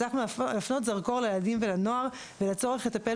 הצלחנו להפנות זרקור לילדים ולנוער ולצורך לטפל